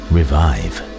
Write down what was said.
Revive